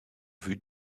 vue